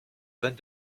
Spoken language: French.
vingt